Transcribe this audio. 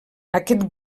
aquest